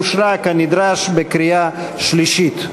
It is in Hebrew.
אושרה כנדרש בקריאה שלישית.